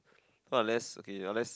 what unless okay unless